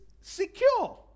secure